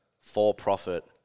for-profit